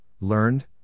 learned